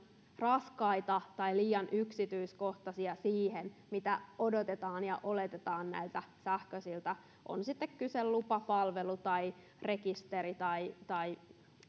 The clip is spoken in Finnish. raskaita tai liian yksityiskohtaisia siihen mitä odotetaan ja oletetaan näiltä sähköisiltä palveluilta on sitten kyse lupapalvelu tai rekisteri tai tai